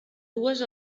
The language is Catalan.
dues